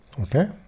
Okay